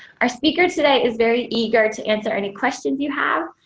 our speaker today is very eager to answer any questions you have,